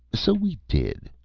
so we did,